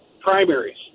primaries